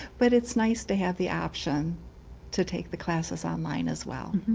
but it's nice to have the option to take the classes online as well.